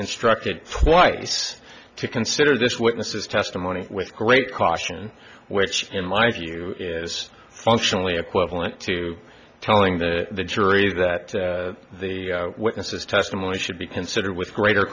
instructed twice to consider this witness's testimony with great caution which in my view is functionally equivalent to telling the jury that the witnesses testimony should be considered with greater